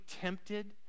tempted